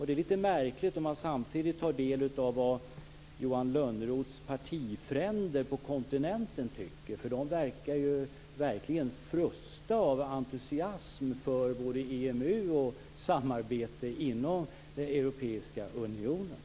Det är märkligt, om man samtidigt tar del av vad Johan Lönnroths fränder på kontinenten tycker. De verkar ju frusta av entusiasm för både EMU och samarbete inom den europeiska unionen.